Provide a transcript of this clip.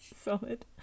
Solid